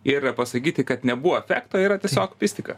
ir pasakyti kad nebuvo efekto yra tiesiog mistika